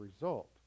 result